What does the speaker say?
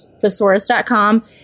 thesaurus.com